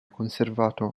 conservato